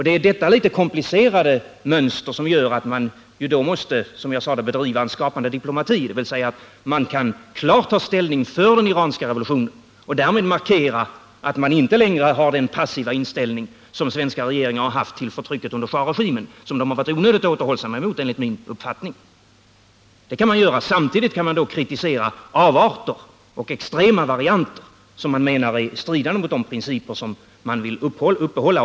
Det är detta litet komplicerade mönster som gör att man, som jag sade, måste bedriva en skapande diplomati, dvs. man kan ta klar ställning för den iranska revolutionen och därmed markera att man inte längre har den passiva inställning som svenska regeringar har haft till förtrycket under schahregimen, i fråga om vilken de varit onödigt återhållsamma enligt min uppfattning. Samtidigt kan man kritisera avarter och extrema varianter som man menar är stridande mot de principer som man vill upprätthålla.